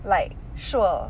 like sure